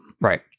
Right